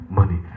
money